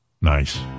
Nice